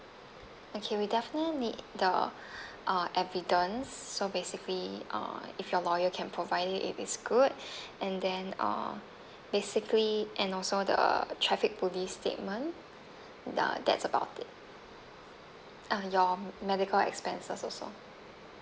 okay we definitely need the uh evidence so basically uh if your lawyer can provide it it is good and then uh basically and also the traffic police statement the that's about it uh your medical expenses also